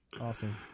awesome